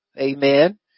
Amen